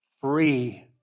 Free